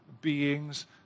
beings